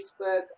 Facebook